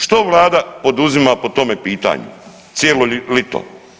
Što vlada poduzima po tome pitanju cijelo lito?